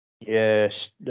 Yes